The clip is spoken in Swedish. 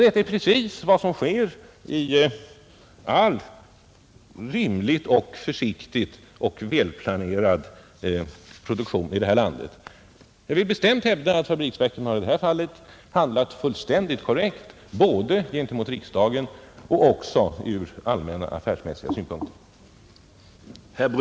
Det är precis vad som sker i all rimlig, försiktig och välplanerad produktion här i landet. Jag vill bestämt hävda att fabriksverken i det här fallet handlat fullständigt korrekt , både gentemot riksdagen och ur allmänna affärsmässiga synpunkter.